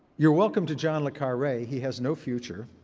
you're welcome to john le carre. he has no future.